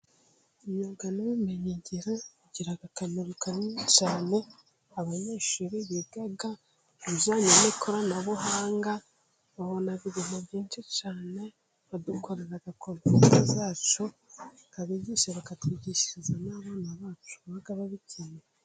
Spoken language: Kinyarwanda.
Imyuga n'ubumengiro igira akamaro kanini cyane, abanyeshuri bigamo ibijyanye n'ikoranabuhanga, babona ibintu byinshi cyane, badukorera kompiyuta zacu, abigisha bakatwigishiriza n'abana bacu baba babikeneye.